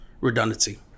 redundancy